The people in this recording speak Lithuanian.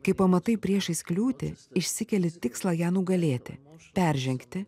kai pamatai priešais kliūtį išsikeli tikslą ją nugalėti peržengti